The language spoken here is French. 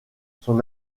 son